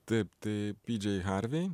taip taip pidžei harvei